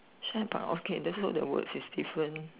but okay this look the words is different